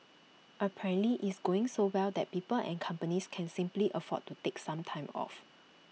apparently it's going so well that people and companies can simply afford to take some time off